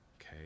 okay